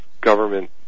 government